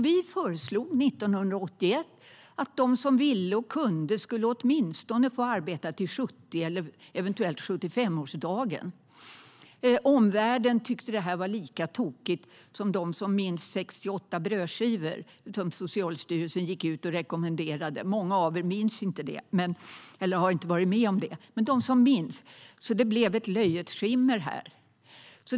Vi föreslog 1981 att de som ville och kunde skulle få arbeta åtminstone till 70 eller eventuellt till 75-årsdagen. Omvärlden tyckte att det här var lika tokigt som detta med att Socialstyrelsen rekommenderade sex till åtta brödskivor, om det är någon som minns det. Många av er minns nog inte det, men för dem som minns blev det ett löjes skimmer över det hela.